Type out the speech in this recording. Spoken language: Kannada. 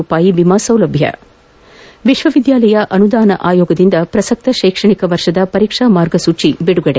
ರೂಪಾಯಿ ವಿಮಾ ಸೌಲಭ್ಯ ವಿಶ್ವವಿದ್ಯಾಲಯ ಅನುದಾನ ಆಯೋಗದಿಂದ ಪ್ರಸಕ್ತ ಶೈಕ್ಷಣಿಕ ವರ್ಷದ ಪರೀಕ್ಷಾ ಮಾರ್ಗಸೂಚಿ ಬಿಡುಗಡೆ